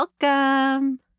welcome